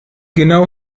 genau